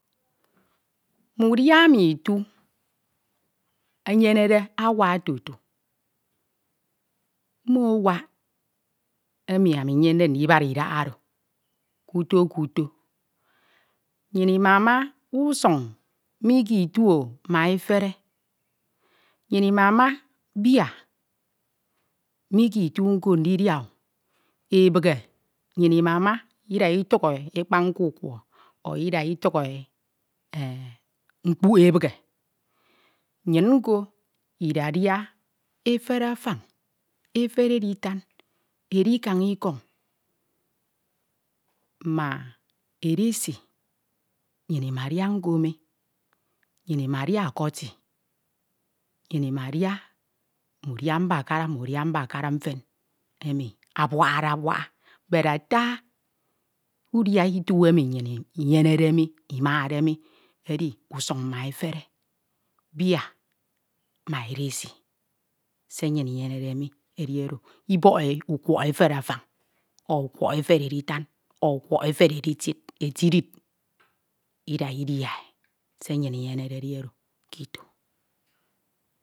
Mme udia emi itu enyenede awak tutu, mmo awak emi ami nyende ndibad idaha oro. Nnyin imama usun mi ke itu o ma efere, nnyin imama bia mi ke itu nko ndidia, ebighe nnyin inama, ida itak ekpañ nkukwo, ida ntuk e e mkpani ebighe, nnyin nko idadia efere afañ, efere editan, edikañ ikoñ, ma edesi nnyin idadia nko mi, nnyin imadia ọkọti, nnyin imadia mine udia mbakara, mme udia mbakara mfen emi abuakhade abuakha, bed ata udia itu emi nnyin imade mi edi, usuñ ma efere, bia ma edesi, se nnyin inyenede mi edi oro, ibọke ukwuọhọ efere afan, o ukwuọhọ efere editan, ọ ukwuoho efere editid, etidid ida idia, se nnyin inyenede edi oro